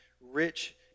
rich